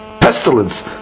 pestilence